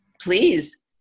please